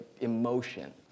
emotion